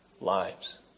lives